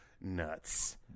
nuts